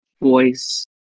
voice